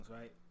right